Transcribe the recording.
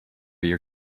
your